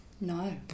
No